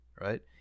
right